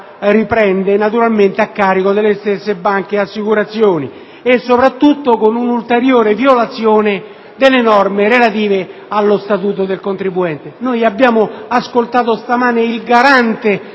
riprende, naturalmente a carico delle stesse banche e assicurazioni, e soprattutto con un'ulteriore violazione delle norme relative allo Statuto del contribuente. Abbiamo ascoltato stamane il Garante